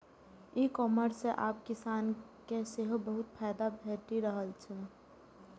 ई commerce सं आब किसान के सेहो बहुत फायदा भेटि रहल छै